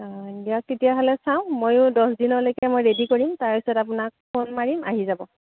অঁ দিয়ক তেতিয়াহ'লে চাওঁ ময়ো দহ দিনলৈকে মই ৰেডি কৰিম তাৰপিছত আপোনাক ফোন মাৰিম আহি যাব